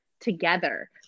together